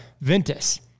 Ventus